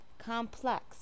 complex